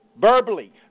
verbally